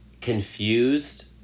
confused